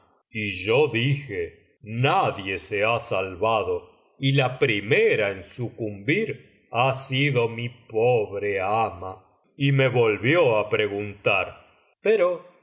y yo dije nadie se ha salvado y la primera en sucumbir ha sido mi pobre ama y me volvió á preguntar pero